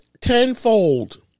tenfold